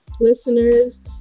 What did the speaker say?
listeners